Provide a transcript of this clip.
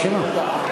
לך,